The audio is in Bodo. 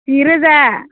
जि रोजा